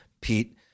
pete